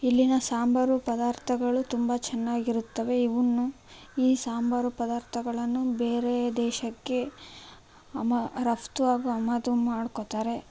ಇಲ್ಲಿನ ಸಾಂಬಾರು ಪದಾರ್ಥಗಳು ತುಂಬಾ ಚೆನ್ನಾಗಿರುತ್ತವೆ ಇವನ್ನು ಈ ಸಾಂಬಾರು ಪದಾರ್ಥಗಳನ್ನು ಬೇರೆ ದೇಶಕ್ಕೆ ಅಮ ರಫ್ತು ಹಾಗು ಆಮದು ಮಾಡ್ಕೋತಾರೆ